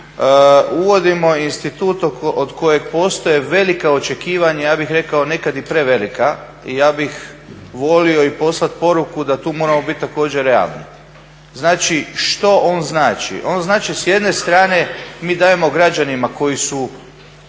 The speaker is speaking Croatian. Uvodimo institut od kojeg postoje velika očekivanja, ja bih rekao nekad i prevelika i ja bih volio i poslat poruku da tu moramo biti također realni. Znači što on znači? On znači s jedne strane mi dajemo građanima koji su